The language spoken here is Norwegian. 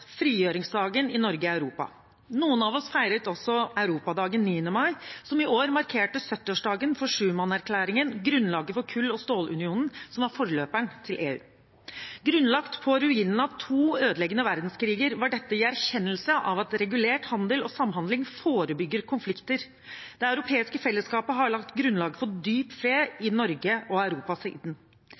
som i år markerte 70-årsdagen for Schuman-erklæringen, grunnlaget for kull- og stålunionen, som var forløperen til EU. Grunnlagt på ruinen av to ødeleggende verdenskriger var dette i erkjennelse av at regulert handel og samhandling forebygger konflikter. Det europeiske fellesskapet har lagt grunnlaget for dyp fred i Norge og Europa siden.